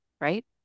Right